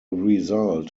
result